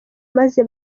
maze